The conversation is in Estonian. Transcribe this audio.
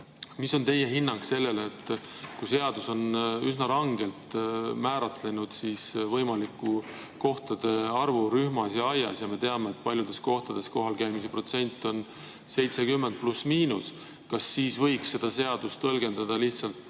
Mis on teie hinnang sellele? Kui seadus on üsna rangelt määratlenud võimaliku kohtade arvu rühmas ja lasteaias ja me teame, et paljudes kohtades kohalkäimise protsent on pluss-miinus 70, siis kas võiks seda seadust tõlgendada lihtsalt